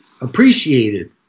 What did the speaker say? appreciated